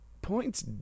points